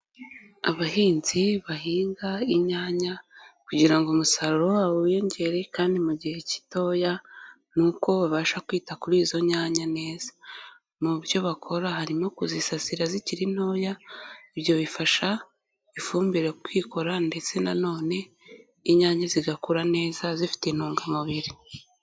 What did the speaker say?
Abahinzi bahinga inyanya kugira ngo umusaruro wabo wiyongere kandi mu gihe gitoya ni uko babasha kwita kuri izo nyanya neza, mu byo bakora harimo kuzisasira zikiri ntoya, ibyo bifasha ifumbire kwikora ndetse nanone inyanya zigakura neza zifite intungamubiri.